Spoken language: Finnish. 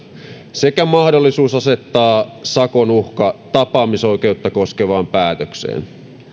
sekä mahdollisuus asettaa sakon uhka tapaamisoikeutta koskevaan päätökseen